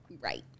Right